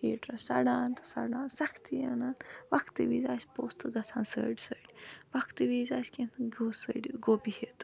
ہیٖٹرَس سڑان تہٕ سڑان سَختی اَنان وقتہٕ وِزِ آسہِ پوٛژھ تہٕ گژھان سٔڑۍ سٔڑۍ وقتہٕ وِزِ آسہِ کینہہ گوٚو سٔڑِتھ گوٚو بِہتھ